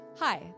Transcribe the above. Hi